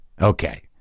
Okay